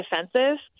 defensive